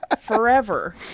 forever